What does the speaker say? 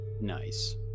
Nice